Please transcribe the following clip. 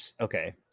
Okay